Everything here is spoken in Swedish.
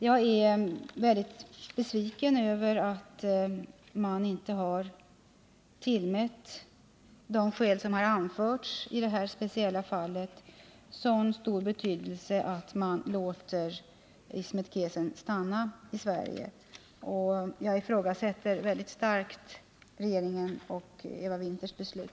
Jag är mycket besviken över att man inte har tillmätt de skäl som har anförts i det här speciella fallet så stor betydelse att man låter Ismet Kesen stanna i Sverige. Jag ifrågasätter starkt regeringens och Eva Winthers beslut.